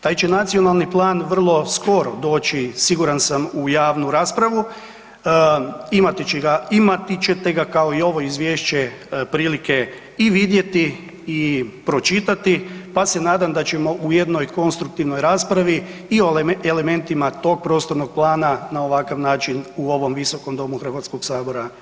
Taj će nacionalni plan vrlo skoro doći siguran sam u javnu raspravu, imati ćete ga kao i ovo izvješće, prilike i vidjeti i pročitati pa se nadam da ćemo u jednoj konstruktivnoj raspravi, iole o elementima tog prostornog plana na ovakav način u ovom Visokom domu Hrvatskog sabor i raspravljati.